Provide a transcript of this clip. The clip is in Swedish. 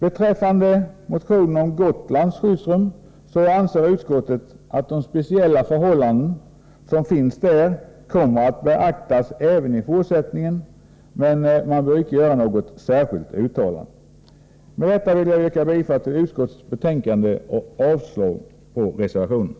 Beträffande motionen om skyddsrum på Gotland räknar utskottet med att de speciella förhållandena där kommer att beaktas även i fortsättningen utan att riksdagen gör något särskilt uttalande. Med detta vill jag yrka bifall till utskottets hemställan i betänkandet och avslag på reservationerna.